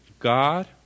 God